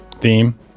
theme